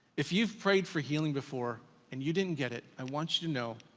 if you've prayed for healing before and you didn't get it, i want you to know,